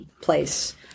place